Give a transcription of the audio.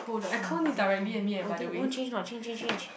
!wah! very cold oh then want change or not change change change